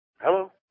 Hello